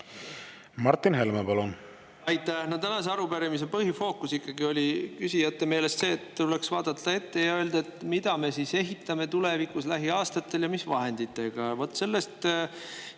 Martin Helme, palun! Aitäh! No tänase arupärimise põhifookus oli küsijate meelest ikkagi see, et tuleks vaadata ette ja öelda, mida me ehitame tulevikus, lähiaastatel, ja mis vahenditega. Vot nendest